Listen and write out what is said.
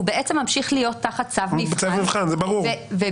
הוא בעצם ממשיך להיות תחת צו מבחן ובהמשך,